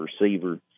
receiver